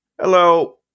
Hello